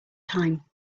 time